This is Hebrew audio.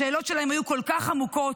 השאלות שלהם היו כל כך עמוקות,